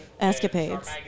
escapades